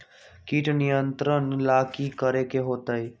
किट नियंत्रण ला कि करे के होतइ?